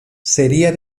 sería